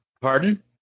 Pardon